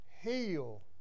heal